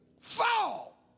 fall